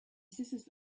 sisters